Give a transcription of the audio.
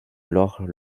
alors